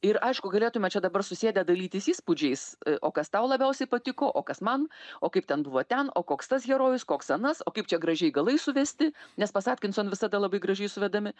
ir aišku galėtume čia dabar susėdę dalytis įspūdžiais o kas tau labiausiai patiko o kas man o kaip ten buvo ten o koks tas herojus koks anas o kaip čia gražiai galais suvesti nes pas atkinson visada labai gražiai suvedami